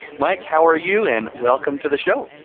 mike, how are you and welcome to the show.